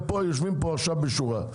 הם יושבים כאן בשורה.